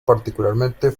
particularmente